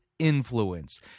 Influence